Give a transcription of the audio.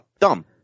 Dumb